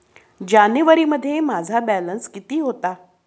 जानेवारीमध्ये माझा बॅलन्स किती होता?